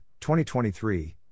2023